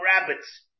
rabbits